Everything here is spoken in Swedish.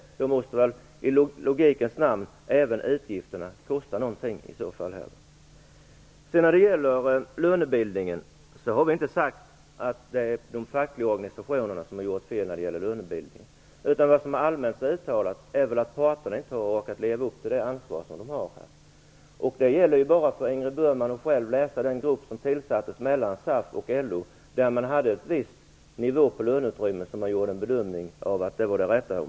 Även utgifterna måste väl då i logikens namn kosta någonting. När det sedan gäller lönebildningen har vi inte sagt att de fackliga organisationerna har gjort fel. Vad som allmänt har uttalats är att parterna inte har orkat leva upp till sitt ansvar. Det är bara för Ingrid Burman att själv läsa om den grupp vilken tillsattes mellan SAF och LO, i vilken man bedömde att en viss nivå på löneutrymmet var den rätta.